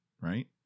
right